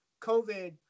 COVID